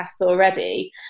already